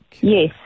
Yes